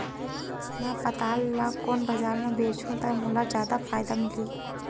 मैं पताल ल कोन बजार म बेचहुँ त मोला जादा फायदा मिलही?